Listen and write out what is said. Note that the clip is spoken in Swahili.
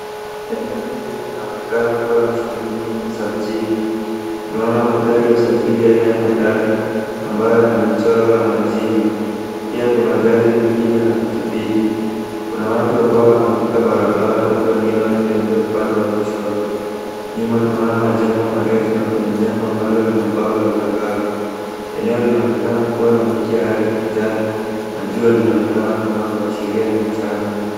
Eneo hili linaonekana kuwa na shughuli nyingi za mjini. Tunaona magari ya usafiri ya aina ya matatu ambayo yana michoro na majina. Pia kuna gari lingine na pikipiki. Kuna watu ambao wanavuka barabara huku wengine wakitembea upande wa kushoto. Nyuma tunaona majengo marefu na kuna jengo ambalo lina mbao la matangazo. Eneo linaonekana kuwa na miti ya rangi ya kijani na jua linaonekana kung'aa kuashiria ni mchana.